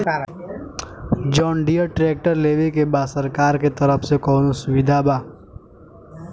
John Deere tractor लेवे के बा सरकार के तरफ से कौनो सुविधा बा?